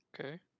Okay